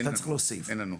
אין לנו.